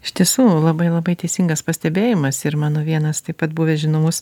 iš tiesų labai labai teisingas pastebėjimas ir mano vienas taip pat buvęs žinomas